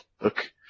look